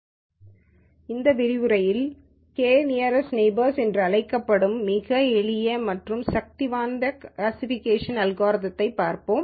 இந்த சொற்பொழிவில் K nearest neighbours என்று அழைக்கப்படும் மிக எளிய மற்றும் சக்திவாய்ந்த கிளாசிஃபிகேஷன் அல்காரிதம்யைப் பார்ப்போம்